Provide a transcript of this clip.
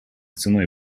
ценой